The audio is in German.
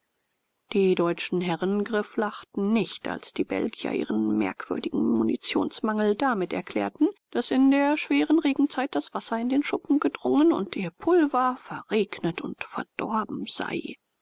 die deutschen herren grifflachten nicht als die belgier ihren merkwürdigen munitionsmangel damit erklärten daß in der schweren regenzeit das wasser in den schuppen gedrungen und ihr pulver verregnet und verdorben sei